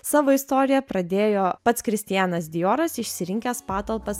savo istoriją pradėjo pats kristianas dioras išsirinkęs patalpas